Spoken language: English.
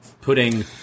putting